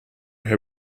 had